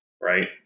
right